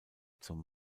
zum